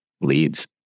leads